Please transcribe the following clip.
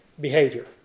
behavior